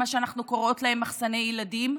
מה שאנחנו קוראות להם "מחסני ילדים",